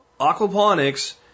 Aquaponics